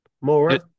more